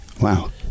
Wow